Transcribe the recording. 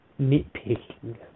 nitpicking